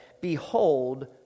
Behold